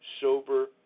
sober